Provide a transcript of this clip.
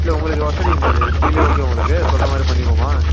இல்லை உங்களுக்கு வசதி என்னது ஸ்டீலே ஓகேவா உங்களுக்கு சொல்கிற மாதிரி பண்ணிடுவோமா